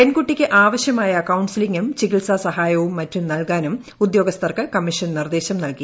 പെൺകുട്ടിക്ക് ആവശ്യമായ കൌൺസിലിങ്ങും ചികിത്സാ സഹായവും മറ്റും നൽകാനും ഉദ്യോഗസ്ഥർക്ക് കമ്മീഷൻ നിർദ്ദേശം നൽകി